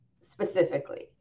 specifically